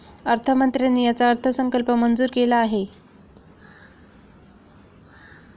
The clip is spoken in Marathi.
अर्थमंत्र्यांनी याचा अर्थसंकल्प मंजूर केला आहे